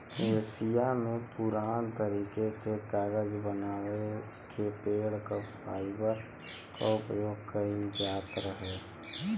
Asia में पुरान तरीका से कागज बनवले में पेड़ क फाइबर क उपयोग कइल जात रहे